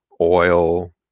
oil